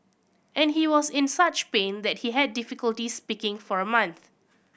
and he was in such pain that he had difficulty speaking for a month